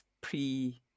pre